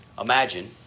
imagine